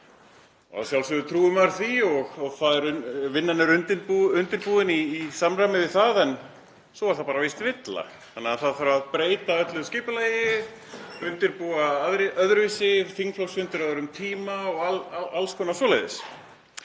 sjálfsögðu trúir maður því og vinnan er undirbúin í samræmi við það. En svo er það víst villa þannig að það þarf að breyta öllu skipulagi, undirbúa öðruvísi, þingflokksfundir eru á öðrum tíma og alls konar svoleiðis